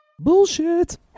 bullshit